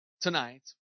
tonight